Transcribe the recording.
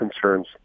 concerns